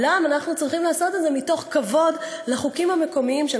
אולם אנחנו צריכים לעשות את זה מתוך כבוד לחוקים המקומיים של